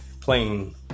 playing